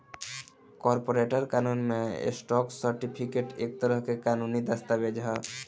corporate कानून में, stock certificate एक तरह के कानूनी दस्तावेज ह